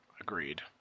Agreed